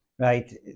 Right